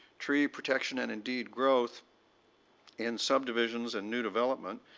tree protection and indeed growth in subdivisions and new development,